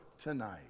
tonight